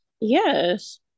Yes